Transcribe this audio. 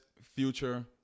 future